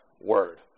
word